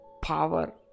Power